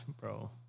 Bro